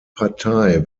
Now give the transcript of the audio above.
partei